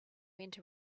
went